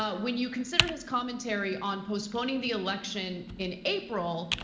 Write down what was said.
ah when you consider his commentary on postponing the election in april,